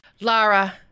Lara